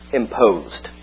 imposed